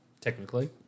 technically